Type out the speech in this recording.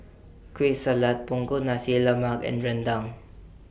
Kueh Salat Punggol Nasi Lemak and Rendang